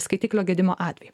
skaitiklio gedimo atveju